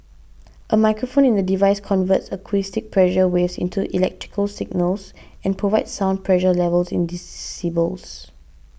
a microphone in the device converts acoustic pressure waves into electrical signals and provides sound pressure levels in decibels